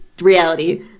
reality